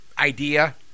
idea